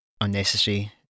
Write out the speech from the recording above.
unnecessary